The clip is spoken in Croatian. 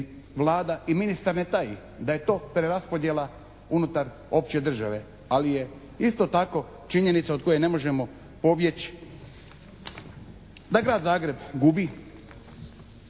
Vlada i ministar ne taji da je to preraspodjela unutar opće države, ali je isto tako činjenica od koje ne možemo pobjeći da Grad Zagreb gubi